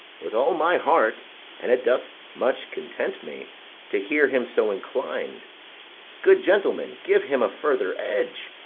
with all my heart and it doth much content me to hear him so inclin'd good gentlemen, give him a further edge,